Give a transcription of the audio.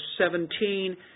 17